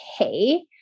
okay